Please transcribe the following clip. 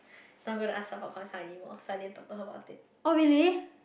no i'm not gonna ask her for consult anymore so I didn't talk to her about it